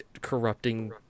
corrupting